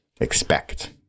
expect